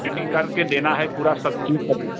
cutting कर के देना है पूरा सब चीज़ सब